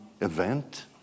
event